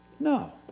No